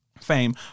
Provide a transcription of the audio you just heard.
fame